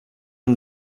and